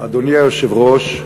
אדוני היושב-ראש,